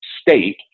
state